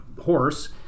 horse